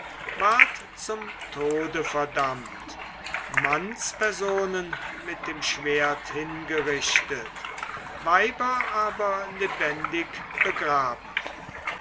war zum tode verdammt mannspersonen mit dem schwert hingerichtet weiber aber lebendig begraben